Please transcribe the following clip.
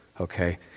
Okay